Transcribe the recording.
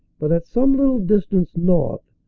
but at some little distance north,